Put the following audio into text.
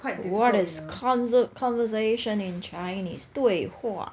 what is conversation in chinese 对话